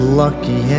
lucky